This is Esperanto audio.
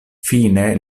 fine